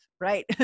right